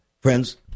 Friends